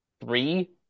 three